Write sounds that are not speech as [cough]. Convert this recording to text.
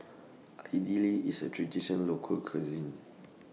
[noise] Idly IS A tradition Local Cuisine